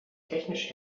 technisch